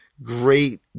Great